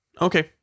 Okay